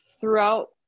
throughout